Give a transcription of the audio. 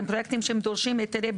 אלו פרויקטים שדורשים היתרי בנייה.